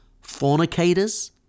Fornicators